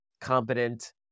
competent